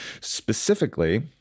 Specifically